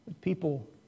People